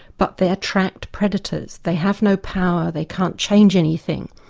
but they attract predators, they have no power, they can't change anything.